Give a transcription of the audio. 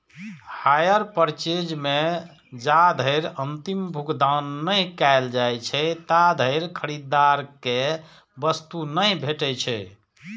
hire purchase मे जाधरि अंतिम भुगतान नहि कैल जाइ छै, ताधरि खरीदार कें वस्तु नहि भेटै छै